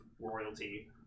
royalty